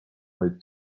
vaid